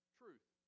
truth